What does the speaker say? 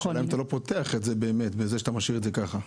השאלה היא אם אתה לא פותח את זה בכך שאתה משאיר את זה ככה.